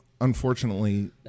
unfortunately